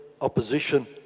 opposition